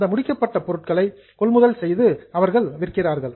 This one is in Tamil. அந்த முடிக்கப்பட்ட பொருட்களை அவர்கள் விற்கிறார்கள்